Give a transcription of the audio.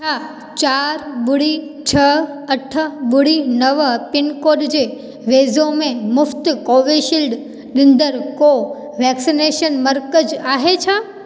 छा चारि ॿुड़ी छह अठ ॿुड़ी नव पिनकोड जे वेझो में मुफ़्त कोवीशील्ड ॾींदड़ को वैक्सनेशन मर्कज़ आहे छा